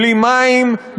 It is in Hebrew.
בלי מים,